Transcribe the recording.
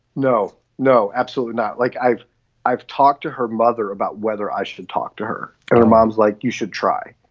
no, no, absolutely not. like i've i've talked to her mother about whether i should talk to her and other moms, like you should try.